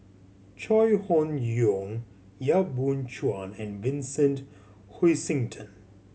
Chai Hon Yoong Yap Boon Chuan and Vincent Hoisington